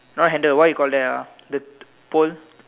not handle what you call that ah the pole